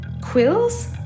quills